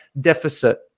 deficit